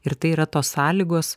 ir tai yra tos sąlygos